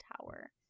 tower